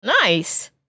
nice